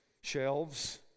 shelves